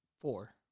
Four